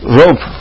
rope